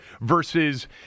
versus